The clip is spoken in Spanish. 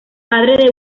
padre